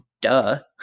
Duh